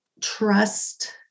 trust